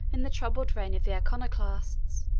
in the troubled reign of the iconoclasts,